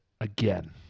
again